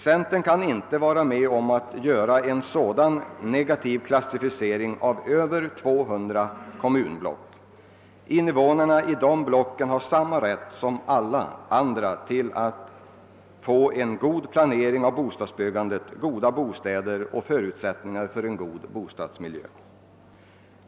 Centerpartiet kan inte vara med om att göra en sådan negativ klassificering av över 200 kommunblock. Invånarna i de blocken har samma rätt som andra att få en god planering av bostadsbyggandet, goda bostäder och förutsättningar för en god bostadsmiljö.